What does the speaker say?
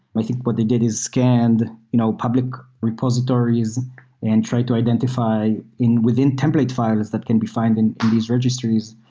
i think what they did is scanned you know public repositories and tried to identify within template files that can be found in these registries.